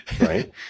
Right